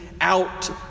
out